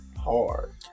Hard